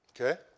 okay